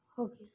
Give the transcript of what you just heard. हो गया